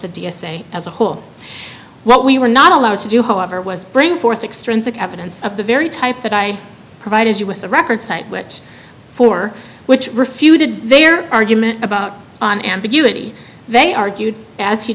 the d s a as a whole what we were not allowed to do however was bring forth extrinsic evidence of the very type that i provided you with the record site which for which refuted their argument about an ambiguity they argued as you